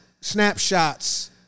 snapshots